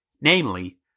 Namely